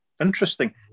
interesting